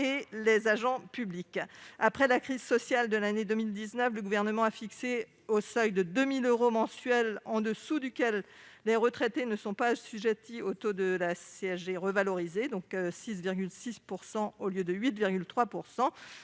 et les agents publics. Après la crise sociale de 2019, le Gouvernement a fixé un seuil de 2 000 euros mensuels en deçà duquel les retraités ne sont pas assujettis au taux de CSG revalorisé- 6,6 % au lieu de 8,3 %.